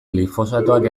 glifosatoak